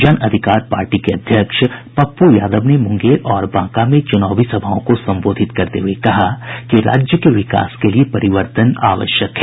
जन अधिकार पार्टी के अध्यक्ष पप्पू यादव ने मुंगेर और बांका में चुनावी सभाओं को संबोधित करते हुये कहा कि राज्य के विकास के लिए परिवर्तन आवश्यक है